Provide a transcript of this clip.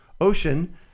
Ocean